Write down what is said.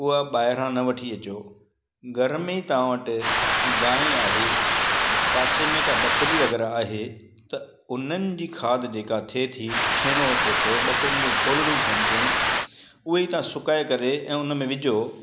उहा ॿाहिरां न वठी अचो घर में ई तव्हां वटि गांइ आहे पासे में का ॿकिरी वग़ैरह आहे त उन्हनि जी खाध जेका थिए थी छेणो थिए थो ॿकिरियुनि जी फोल्हिड़ियूं थियनि थियूं उहे तव्हां सुकाए करे ऐं हुन में विझो